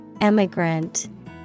Emigrant